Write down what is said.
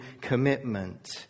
commitment